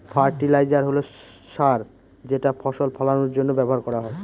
fertiliser হল সার যেটা ফসল ফলানের জন্য ব্যবহার করা হয়